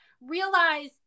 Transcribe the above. realize